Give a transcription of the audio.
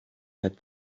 had